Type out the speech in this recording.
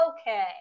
okay